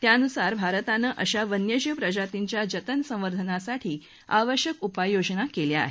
त्यानुसार भारतानं अशा वन्यजीव प्रजातींच्या जतन संवर्धनासाठी आवश्यक उपाययोजना केल्या आहेत